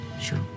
Sure